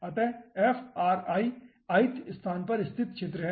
अत f ri ith स्थान पर स्थित क्षेत्र है